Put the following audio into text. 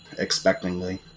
expectingly